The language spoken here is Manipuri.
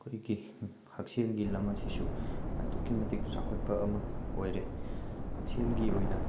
ꯑꯩꯈꯣꯏꯒꯤ ꯍꯛꯁꯦꯜꯒꯤ ꯂꯝ ꯑꯁꯤꯁꯨ ꯑꯗꯨꯛꯀꯤ ꯃꯇꯤꯛ ꯆꯥꯎꯈꯠꯄ ꯑꯃ ꯑꯣꯏꯔꯦ ꯍꯛꯁꯦꯜꯒꯤ ꯑꯣꯏꯅ